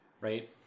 Right